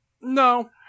No